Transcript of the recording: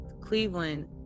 Cleveland